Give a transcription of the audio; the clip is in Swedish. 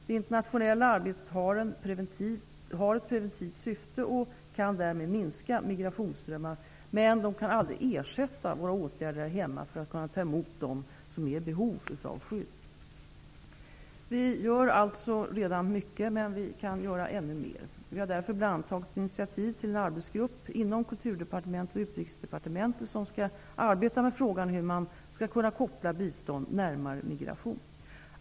Det internationella arbetet har ett preventivt syfte och kan därmed minska migrationsströmmar men kan aldrig ersätta åtgärder här hemma för att kunna ta emot dem som är i behov av skydd. Vi gör alltså redan mycket, men vi kan göra ännu mer. Vi har därför bl.a. tagit initiativet till en arbetsgrupp inom Kulturdepartementet och Utrikesdepartementet som skall arbeta med frågan hur man skall kunna koppla bistånd närmare migration.